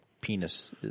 penis